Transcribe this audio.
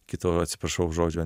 kito atsiprašau žodžio